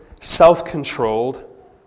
self-controlled